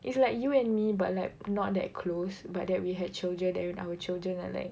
it's like you and me but like not that close but that we had children then our children are like